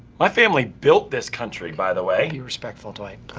my family built this country by the way. be respectful, dwight.